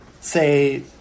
say